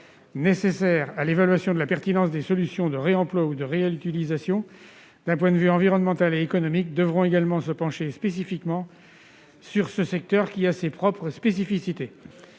nécessaires à l'évaluation de la pertinence des solutions de réemploi et de réutilisation d'un point de vue environnemental et économique, devront également se pencher spécifiquement sur ce secteur qui a ses propres spécificités.